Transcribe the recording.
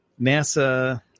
NASA